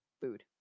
Food